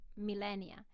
millennia